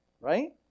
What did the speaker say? right